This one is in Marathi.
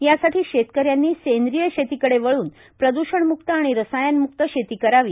यासाठी शेतकऱ्यांनी सेंद्रीय शेतीकडे वळून प्रद्षणम्क्त आणि रसायनम्क्त शेती करावी